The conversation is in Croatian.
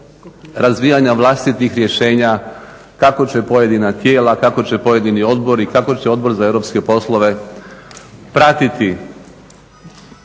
razvijanja vlastitih rješenja kako će pojedina tijela, kako će pojedini odbori, kako će Odbor za europske poslove pratiti